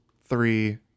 three